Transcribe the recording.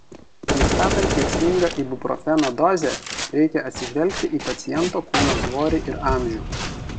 nustatant veiksmingą ibuprofeno dozę reikia atsižvelgti į paciento kūno svorį ir amžių